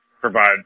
provide